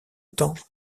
temps